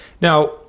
Now